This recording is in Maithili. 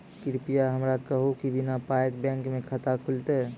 कृपया हमरा कहू कि बिना पायक बैंक मे खाता खुलतै?